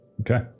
Okay